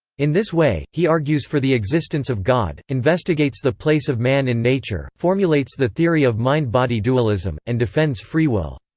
in this way, he argues for the existence of god, investigates the place of man in nature, formulates the theory of mind-body dualism, and defends free will.